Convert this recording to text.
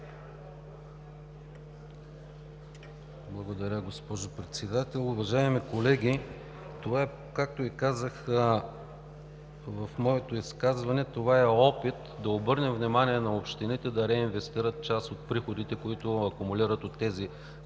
Благодаря, госпожо Председател. Уважаеми колеги, това, както казах в моето изказване, е опит да обърнем внимание на общините да реинвестират част от приходите, които акумулират от тези